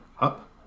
up